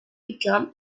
become